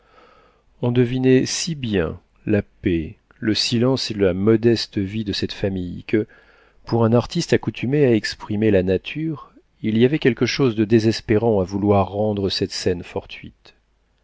on devinait si bien la paix le silence et la modeste vie de cette famille que pour un artiste accoutumé à exprimer la nature il y avait quelque chose de désespérant à vouloir rendre cette scène fortuite